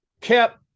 kept